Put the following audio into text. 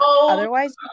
otherwise